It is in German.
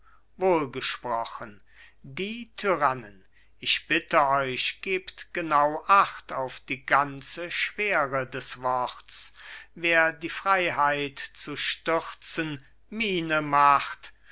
wohlgesprochen die tyrannen ich bitte euch gebt genau acht auf die ganze schwere des worts wer die freiheit zu stürzen miene macht